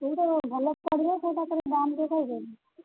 କେଉଁଟା ଭଲ ପଡ଼ିବ ସେହିଟା ଟିକିଏ ଦାମ୍ କହିଦିଅନ୍ତୁ